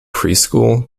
preschool